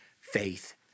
faith